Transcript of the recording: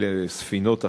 לספינות אכיפה,